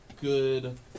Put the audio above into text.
good